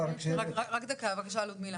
ככל שהשכר הממוצע גדל, גם ה-disregard יגדל בהתאם.